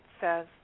says